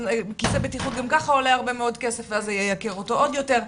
כיסא בטיחות גם ככה זה עולה הרבה מאוד כסף ואז זה ייקר אותו עוד יותר.